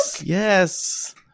Yes